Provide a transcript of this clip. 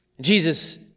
Jesus